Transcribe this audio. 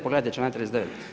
Pogledajte članak 39.